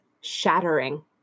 shattering